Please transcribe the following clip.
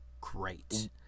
great